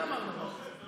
מי אמר דבר כזה?